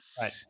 right